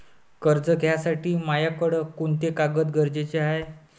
कर्ज घ्यासाठी मायाकडं कोंते कागद गरजेचे हाय?